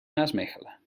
maasmechelen